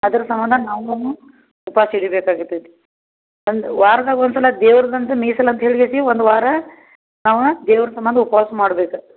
ಅದ್ರ ಸಂಬಂಧ ನಾವುನು ಉಪವಾಸ ಹಿಡಿಬೇಕಾಗ್ತೈತಿ ಒಂದು ವಾರದಾಗೊಂದು ಸಲ ದೇವರ್ದಂಥ ಮೀಸಲ್ ಅಂತ್ಹೇಳಿಸಿ ಒಂದು ವಾರ ನಾವು ದೇವ್ರ ಸಂಬಂಧ ಉಪ್ವಾಸ ಮಾಡ್ಬೇಕು